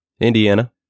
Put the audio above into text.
indiana